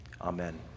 Amen